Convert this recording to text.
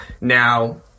now